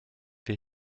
wir